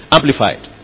Amplified